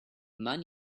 man